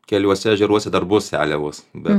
keliuose ežeruose dar bus seliavos bet